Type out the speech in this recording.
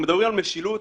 אנחנו מדברים על משילות.